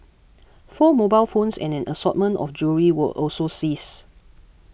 four mobile phones and an assortment of jewellery were also seized